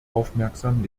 aufmerksam